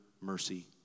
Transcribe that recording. mercy